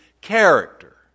character